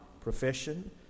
profession